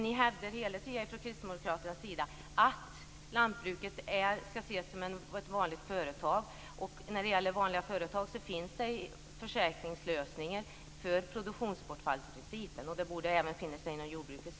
Ni hävdar hela tiden från kristdemokraternas sida att lantbruket skall ses som ett vanligt företag. När det gäller vanliga företag finns det försäkringslösningar för produktionsbortfall. Det borde även finnas det inom jordbruket.